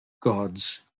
God's